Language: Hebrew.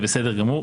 זה בסדר גמור,